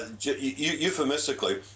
euphemistically